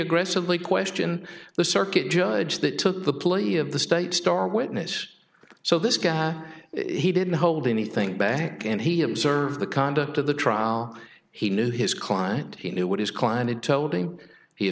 aggressively question the circuit judge that took the play of the state's star witness so this guy he didn't hold anything back and he observed the conduct of the trial he knew his client he knew what his client had told h